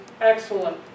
excellent